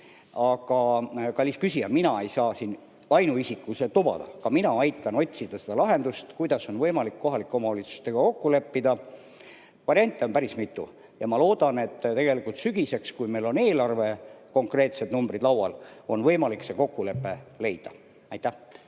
aga, kallis küsija, mina ei saa siin ainuisikuliselt lubada. Ka mina aitan otsida lahendust, kuidas on võimalik kohalike omavalitsustega kokku leppida. Variante on päris mitu ja ma loodan, et sügiseks, kui meil on eelarve konkreetsed numbrid laual, on võimalik see kokkulepe leida.